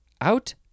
Out